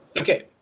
Okay